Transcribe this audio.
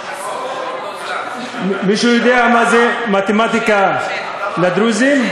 מישהו יודע מה זה מתמטיקה לדרוזים?